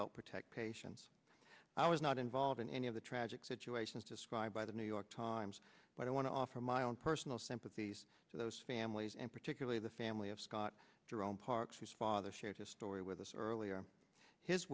help protect patients i was not involved in any of the tragic situations described by the new york times but i want to offer my own personal sympathies to those families and particularly the family of scott jerome parkes whose father shared his story with us earlier his